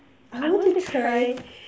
I want to try